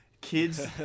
kids